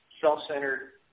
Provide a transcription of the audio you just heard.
self-centered